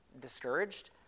discouraged